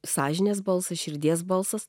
sąžinės balsas širdies balsas